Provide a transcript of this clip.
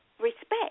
respect